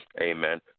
amen